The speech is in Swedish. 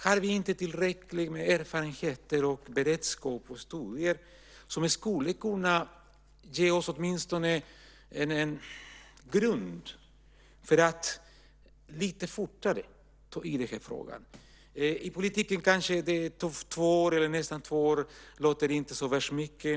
Har vi inte tillräckligt med erfarenheter, beredskap och historier som skulle kunna ge oss åtminstone en grund för att lite fortare ta tag i frågan? I politiken låter kanske inte två år, eller nästan två år, så värst mycket.